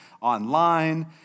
online